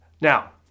Now